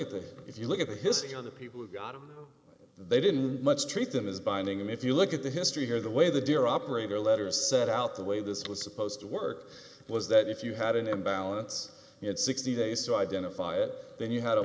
that if you look at the history of the people who got it they didn't much treat them as binding and if you look at the history here the way the dear operator letters set out the way this was supposed to work was that if you had an imbalance you had sixty days to identify it then you had a